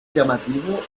llamativo